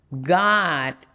God